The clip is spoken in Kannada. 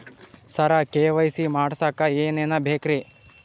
ಸರ ಕೆ.ವೈ.ಸಿ ಮಾಡಸಕ್ಕ ಎನೆನ ಬೇಕ್ರಿ?